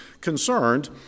concerned